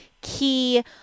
key